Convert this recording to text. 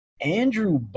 Andrew